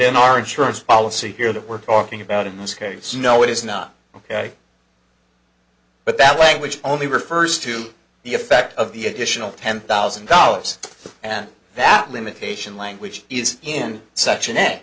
in our insurance policy here that we're talking about in this case you know it is not ok but that language only refers to the effect of the additional ten thousand dollars and that limitation language is in such a